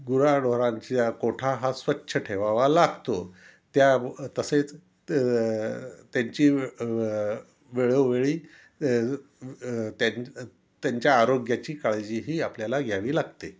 गुराढोरांच्या कोठा हा स्वच्छ ठेवावा लागतो त्या तसेच त त्यांची वेळोवेळी त्यां त्यांच्या आरोग्याची काळजीही आपल्याला घ्यावी लागते